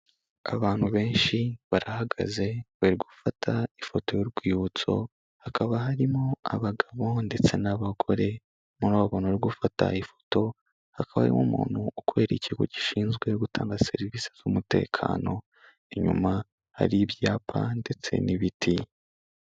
Abantu benshi barahagaze bari gufata ifoto y'urwibutso, hakaba harimo abagabo ndetse n'abagore, muri abo bantu bari gufata ifoto hakaba harimo umuntu ukorera ikigo gishinzwe gutanga serivisi z'umutekano, inyuma hari ibyapa ndetse n'ibiti.